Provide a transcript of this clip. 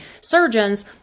surgeons